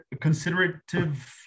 considerative